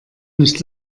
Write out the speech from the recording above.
nicht